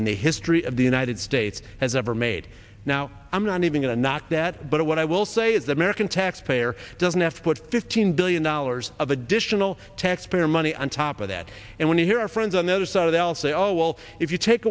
in the history of the united states has ever made now i'm not even going to knock that but what i will say is american taxpayer doesn't have to put fifteen billion dollars of additional taxpayer money on top of that and when you hear our friends on the other side of the aisle say oh well if you take